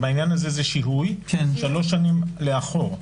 בעניין הזה, זה שיהוי - שלוש שנים לאחור.